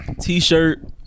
T-shirt